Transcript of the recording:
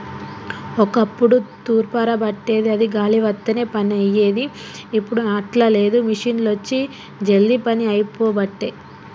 ఒక్కప్పుడు తూర్పార బట్టేది అది గాలి వత్తనే పని అయ్యేది, ఇప్పుడు అట్లా లేదు మిషిండ్లొచ్చి జల్దీ పని అయిపోబట్టే